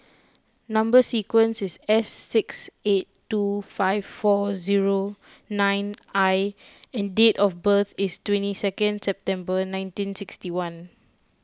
Number Sequence is S six eight two five four zero nine I and date of birth is twenty second September nineteen sixty one